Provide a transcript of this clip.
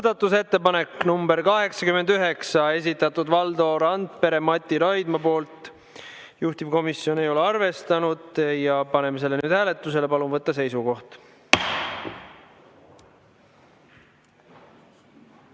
Muudatusettepanek nr 89, esitatud Valdo Randpere ja Mati Raidma poolt. Juhtivkomisjon ei ole seda arvestanud ja paneme selle nüüd hääletusele. Palun võtta seisukoht!